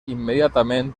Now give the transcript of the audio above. immediatament